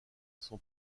son